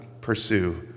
pursue